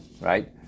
Right